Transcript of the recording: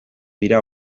dira